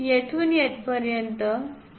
येथून येथपर्यंत ते 2